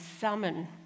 summon